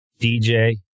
DJ